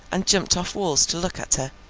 and jumped off walls to look at her,